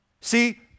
See